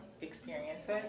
experiences